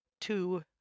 two